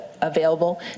available